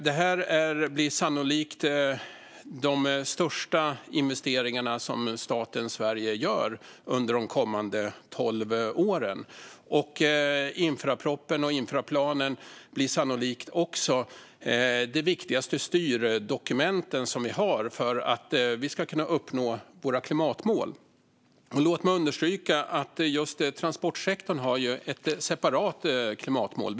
Det här blir sannolikt de största investeringar som staten Sverige gör under de kommande tolv åren. Infrastrukturpropositionen och infrastrukturplanen blir sannolikt också de viktigaste styrdokument vi har för att vi ska kunna uppnå våra klimatmål. Låt mig understryka att just transportsektorn har ett separat klimatmål.